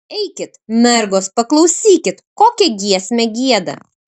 eikit mergos paklausykit kokią giesmę gieda